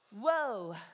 Whoa